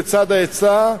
בצד ההיצע,